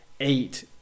eight